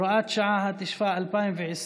(הוראת שעה), התשפ"א 2020,